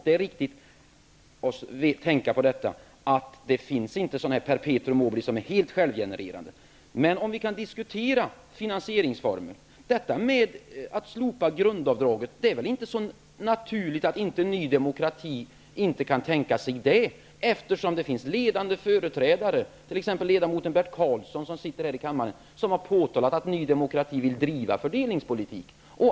Det är viktigt för oss att tänka på att det inte finns perpetuum mobile som är helt självgenererande. Men för att diskutera finansieringsformer: Det är väl inte så naturligt att Ny demokrati inte kan tänka sig att slopa grundavdraget. Det finns ju ledande företrädare för Ny demokrati, t.ex. ledamoten Bert Karlsson, i denna kammare som påpekat att Ny demokrati vill driva fördelningspolitik.